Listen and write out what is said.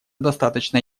достаточно